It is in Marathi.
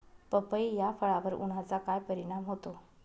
पपई या फळावर उन्हाचा काय परिणाम होतो?